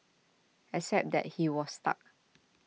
except that he was stuck